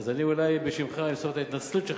אז אולי אני אמסור בשמך את ההתנצלות שלך,